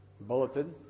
bulletin